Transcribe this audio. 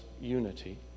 unity